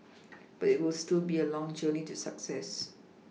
but it will still be a long journey to success